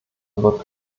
wird